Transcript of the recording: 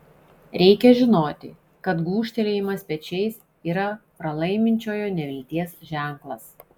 reikia žinoti kad gūžtelėjimas pečiais yra pralaiminčiojo nevilties ženklas